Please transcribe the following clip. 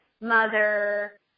mother